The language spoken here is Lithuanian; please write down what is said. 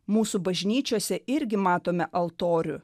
mūsų bažnyčiose irgi matome altorių